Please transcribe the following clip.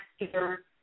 master